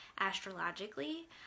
astrologically